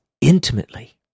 intimately